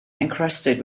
encrusted